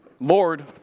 Lord